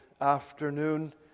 afternoon